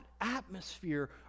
atmosphere